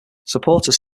supporters